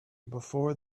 before